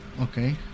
Okay